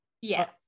Yes